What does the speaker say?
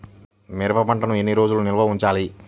మిరప పంటను ఎన్ని రోజులు నిల్వ ఉంచాలి?